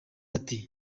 ati